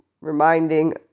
reminding